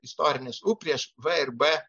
istorinis u prieš v ir b